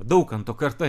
daukanto karta